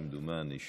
כמדומני,